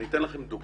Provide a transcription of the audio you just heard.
אני אתן לכם דוגמה.